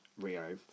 Rio